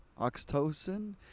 oxytocin